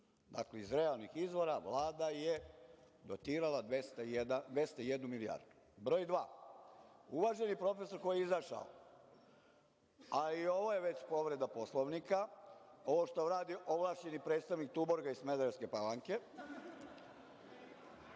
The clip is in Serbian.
Dakle, iz realnih izvora Vlada je dotirala 201 milijardu. Broj dva, uvaženi profesor koji je izašao, ali i ovo je već povreda Poslovnika, ovo što radi ovlašćeni predstavnik „Tuborga“ iz Smederevske Palanke,